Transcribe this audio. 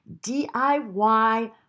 DIY